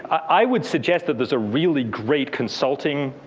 i would suggest that there's a really great consulting,